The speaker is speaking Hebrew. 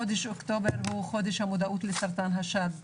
חודש אוקטובר הוא חודש המודעות לסרטן השד.